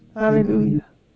Hallelujah